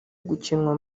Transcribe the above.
gukinwa